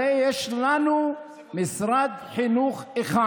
הרי יש לנו משרד חינוך אחד.